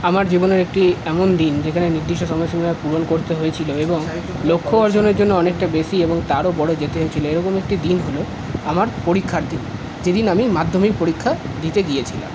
আমার জীবনের একটি এমন দিন যেখানে নির্দিষ্ট সময়সীমা পূরণ করতে হয়েছিল এবং লক্ষ্য অর্জনের জন্য অনেকটা বেশি এবং তারও বড়ো এরকম একটি দিন হল আমার পরীক্ষার দিন যে দিন আমি মাধ্যমিক পরীক্ষা দিতে গিয়েছিলাম